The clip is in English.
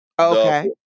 okay